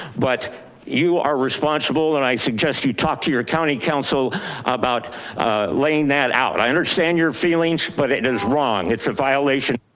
but you are responsible and i suggest you talk to your county council about laying that out. i understand your feelings, but it is wrong it's a violation.